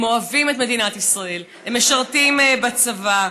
הם אוהבים את מדינת ישראל, הם משרתים בצבא,